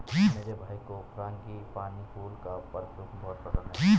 मेरे भाई को फ्रांगीपानी फूल का परफ्यूम बहुत पसंद है